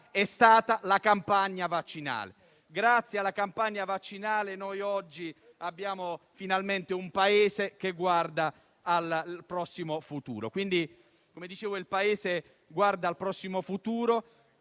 è stata la campagna vaccinale. Grazie alla campagna vaccinale abbiamo finalmente un Paese che guarda al prossimo futuro